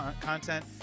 content